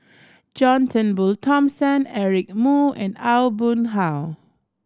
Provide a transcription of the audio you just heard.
John Turnbull Thomson Eric Moo and Aw Boon Haw